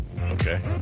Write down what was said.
Okay